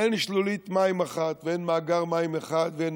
אין שלולית מים אחת ואין מאגר מים אחד ואין